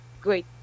great